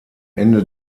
ende